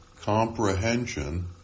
comprehension